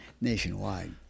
nationwide